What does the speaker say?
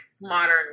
modern